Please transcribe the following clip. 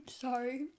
sorry